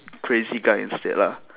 crazy guy instead lah